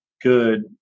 good